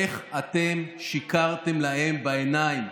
איך אתם שיקרתם להם בעיניים.